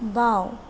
বাওঁ